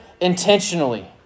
intentionally